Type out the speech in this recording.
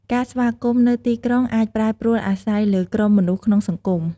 ការស្វាគមន៍ នៅទីក្រុងអាចប្រែប្រួលអាស្រ័យលើក្រុមមនុស្សក្នុងសង្គម។